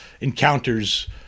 encounters